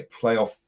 playoff